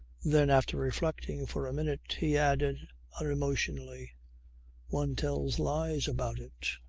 then after reflecting for a minute he added unemotionally one tells lies about it.